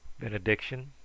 Benediction